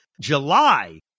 July